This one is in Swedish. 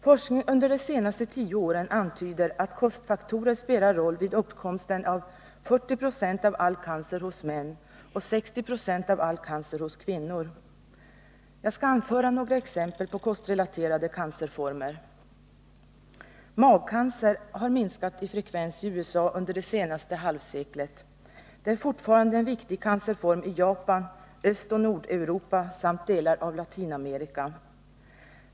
Forskning under de senaste tio åren antyder att kostfaktorer spelar roll vid uppkomsten av 40 96 av all cancer hos män och 60 96 av all cancer hos kvinnor. Jag skall anföra några exempel på kostrelaterade cancerformer. Magcancer har minskat i frekvens i USA under det senaste halvseklet. Det är fortfarande en viktig cancerform i Japan, Östoch Nordeuropa samt delar av Latinamerika.